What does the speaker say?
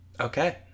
Okay